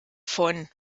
von